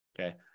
Okay